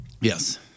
Yes